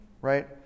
right